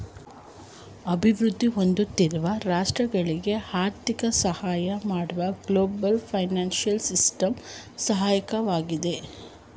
ಅಭಿವೃದ್ಧಿ ಹೊಂದುತ್ತಿರುವ ರಾಷ್ಟ್ರಗಳಿಗೆ ಆರ್ಥಿಕ ಸಹಾಯ ಮಾಡಲು ಗ್ಲೋಬಲ್ ಫೈನಾನ್ಸಿಯಲ್ ಸಿಸ್ಟಮ್ ಸಹಾಯಕವಾಗಿದೆ